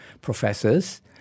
professors